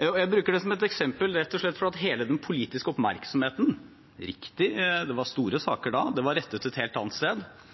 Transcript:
Jeg bruker det som et eksempel rett og slett fordi hele den politiske oppmerksomheten – riktig, det var store saker da – var rettet et helt annet sted.